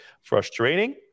frustrating